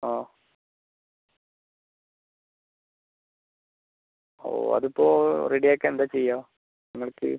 ആ ഓഹ് അതിപ്പോൾ റെഡി ആക്കാൻ എന്താ ചെയ്യുക നമ്മൾക്ക്